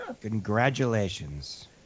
Congratulations